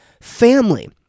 family